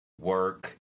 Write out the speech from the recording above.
work